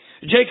Jacob